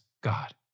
God